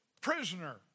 prisoner